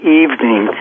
evening